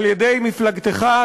--- על-ידי מפלגתך,